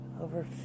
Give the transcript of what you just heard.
over